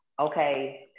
okay